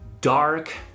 dark